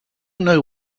know